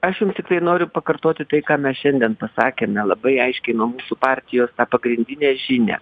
aš jums tiktai noriu pakartoti tai ką mes šiandien pasakėme labai aiški nuo mūsų partijos pagrindinė žinia